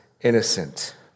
innocent